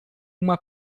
uma